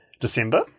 December